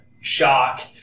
shock